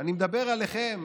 אני מדבר אליכם,